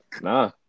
Nah